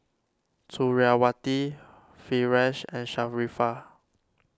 Suriawati Firash and Sharifah